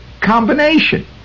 combination